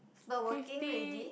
but walking already